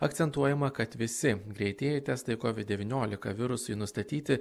akcentuojama kad visi greitieji testai covid devyniolika virusui nustatyti